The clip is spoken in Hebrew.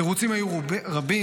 התירוצים היו רבים,